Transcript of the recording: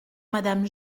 madame